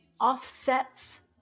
offsets